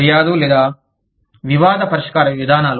ఫిర్యాదు లేదా వివాద పరిష్కార విధానాలు